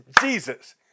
Jesus